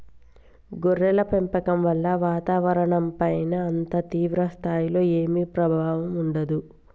గొర్రెల పెంపకం వల్ల వాతావరణంపైన అంత తీవ్ర స్థాయిలో ఏమీ ప్రభావం ఉండదు